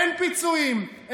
אין פיצויים,